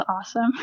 awesome